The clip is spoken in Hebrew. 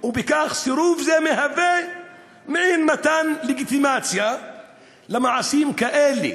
ובכך סירוב זה הוא מעין מתן לגיטימציה למעשים כאלה